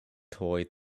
toy